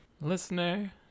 Listener